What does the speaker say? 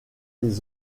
les